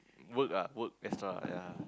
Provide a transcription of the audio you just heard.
work ah work extra yea